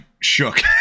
shook